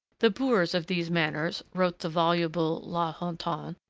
the boors of these manours wrote the voluble la hontan,